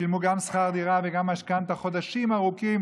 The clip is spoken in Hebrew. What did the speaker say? שילמו גם שכר דירה וגם משכנתה חודשים ארוכים